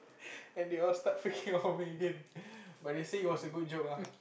and then start picking on me again but they all say it's a good joke lah